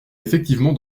effectivement